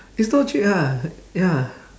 it's not cheap ah ya